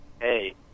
hey